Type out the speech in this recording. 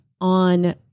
on